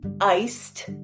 iced